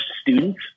students